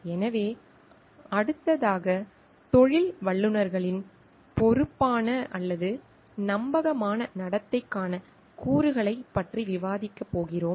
எனவே அடுத்ததாக தொழில் வல்லுநர்களின் பொறுப்பான அல்லது நம்பகமான நடத்தைக்கான கூறுகளைப் பற்றி விவாதிக்கப் போகிறோம்